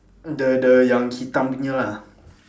the the yang hitam punya lah